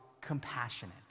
compassionate